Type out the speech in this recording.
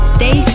Stay